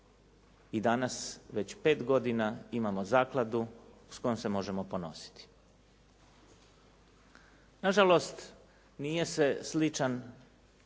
i danas već pet godina imamo zakladu s kojom se možemo ponositi. Nažalost, nije se sličan